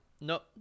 No